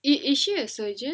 is is she a surgeon